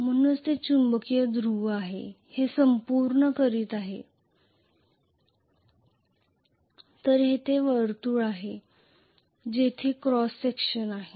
म्हणूनच हे चुंबकीय ध्रुव आहे हे पूर्ण करीत आहे हे येथे वर्तुळ आहे जे येथे क्रॉस सेक्शन आहे